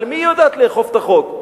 על מי היא יודעת לאכוף את החוק?